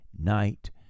night